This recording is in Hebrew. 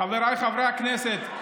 חבריי חברי הכנסת,